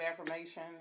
affirmation